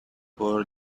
for